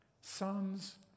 Sons